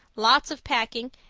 lots of packing,